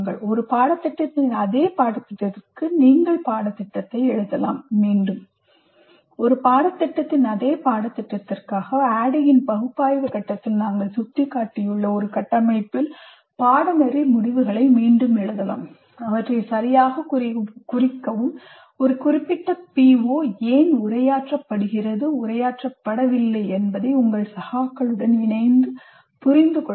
ஒரு பாடத்தின் அதே பாடத்திட்டத்திற்கு நீங்கள் பாடத்திட்டத்தை மீண்டும் எழுதலாம் ஒரு பாடத்திட்டத்தின் அதே பாடத்திட்டத்திற்காக ADDIE இன் பகுப்பாய்வு கட்டத்தில் நாங்கள் சுட்டிக்காட்டியுள்ள ஒரு கட்டமைப்பில் பாடநெறி முடிவுகளை மீண்டும் எழுதலாம் அவற்றை சரியாகக் குறிக்கவும் ஒரு குறிப்பிட்ட PO ஏன் உரையாற்றப்படுகிறது உரையாற்றப்படவில்லை என்பதைப் உங்கள் சகாக்களுடன் இணைந்து புரிந்துகொள்ளுங்கள்